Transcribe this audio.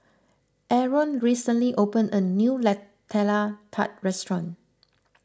Aron recently opened a new Nutella Tart restaurant